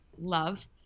love